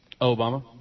Obama